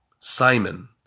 Simon